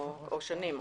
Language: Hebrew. או שנים.